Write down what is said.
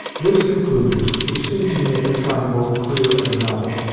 this conclusion which seemed to me at the time both clear and novel,